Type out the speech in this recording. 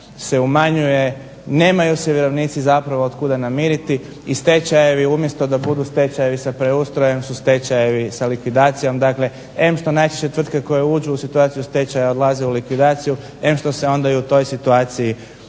se umanjuje, nemaju svi vjerovnici zapravo od kuda namiriti i stečajevi umjesto da budu stečajevi sa preustrojem su stečajevi sa likvidacijom. Dakle, em što najčešće tvrtke koje uđu u situaciju stečaja odlaze u likvidaciju em što se onda u toj situaciji